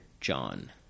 John